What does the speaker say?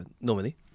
Normally